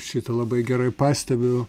šitą labai gerai pastebiu